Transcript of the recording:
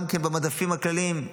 גם במדפים הקרים,